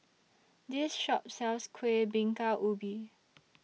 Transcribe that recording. This Shop sells Kueh Bingka Ubi